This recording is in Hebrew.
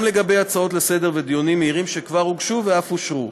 לגבי הצעות לסדר-היום ודיונים מהירים שכבר הוגשו ואף אושרו.